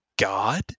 god